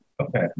okay